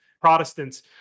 Protestants